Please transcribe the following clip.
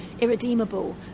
irredeemable